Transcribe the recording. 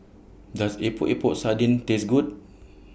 Does Epok Epok Sardin Taste Good